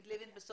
נעלה את מרינה